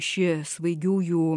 ši svaigiųjų